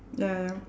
the